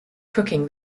cooking